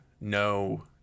no